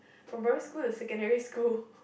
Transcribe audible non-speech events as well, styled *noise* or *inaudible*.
from primary school to secondary school *breath*